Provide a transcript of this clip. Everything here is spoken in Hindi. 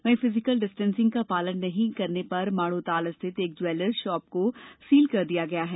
वहीं फिजिकल डिस्टेंसिंग का पालन नहीं करने पर माढ़ोताल स्थित एक ज्वेलर्स शाप को सील कर दिया है